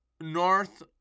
north